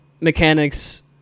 mechanics